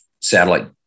satellite